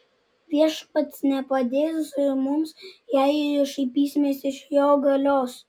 viešpats nepadės mums jei šaipysimės iš jo galios